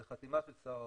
זו חתימה של שר האוצר.